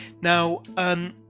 Now